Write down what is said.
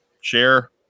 share